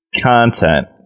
Content